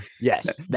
Yes